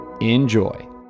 Enjoy